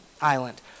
island